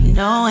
no